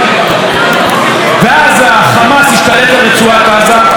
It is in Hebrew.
ואז החמאס השתלט על רצועת עזה,